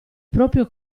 proprio